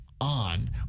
on